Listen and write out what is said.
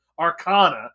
Arcana